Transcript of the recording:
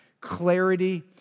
clarity